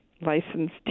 licensed